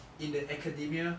in the academia